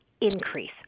increase